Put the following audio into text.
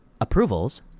approvals